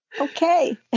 Okay